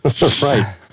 Right